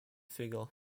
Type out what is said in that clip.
figure